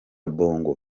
bongo